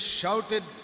shouted